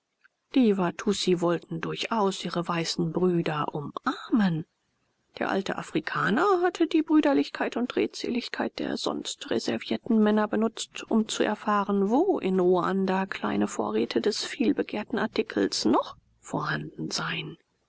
die watussi wollten durchaus ihre weißen brüder umarmen der alte afrikaner hatte die brüderlichkeit und redseligkeit der sonst reservierten herren benutzt um zu erfahren wo in ruanda kleine vorräte des vielbegehrten artikels noch vorhanden seien